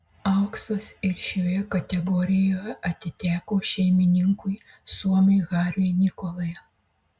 auksas ir šioje kategorijoje atiteko šeimininkui suomiui hariui nikolai